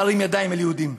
להרים ידיים על היהודים.